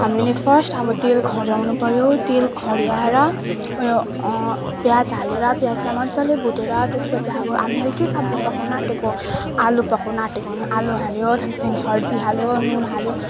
हामीले फर्स्ट अब तेल खऱ्याउनु पऱ्यो तेल खऱ्याएर उयो प्याज हालेर प्याजलाई मज्जाले भुटेर त्यसपछि अब हामीले के सब्जी पकाउनु आँटेको आलु पकाउनु आँटेको भने आलु हाल्यो त्यहाँदेखि हर्दी हाल्यो अनि नुन हाल्यो